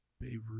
Beirut